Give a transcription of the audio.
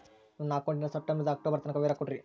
ನನ್ನ ಅಕೌಂಟಿನ ಸೆಪ್ಟೆಂಬರನಿಂದ ಅಕ್ಟೋಬರ್ ತನಕ ವಿವರ ಕೊಡ್ರಿ?